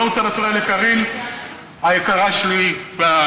אני לא רוצה להפריע לקארין היקרה שלי והנהדרת,